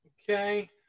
Okay